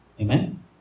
Amen